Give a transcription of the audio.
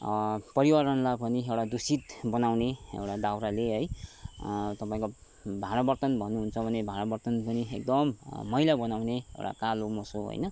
पर्यावरणलाई पनि एउटा दुषित बनाउने एउटा दाउराले है तपाईँको भाँडा वर्तन भन्नुहुन्छ भने भाँडा वर्तन पनि एकदम मैला बनाउने एउटा कालो मोसो होइन